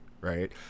Right